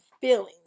feelings